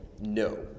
No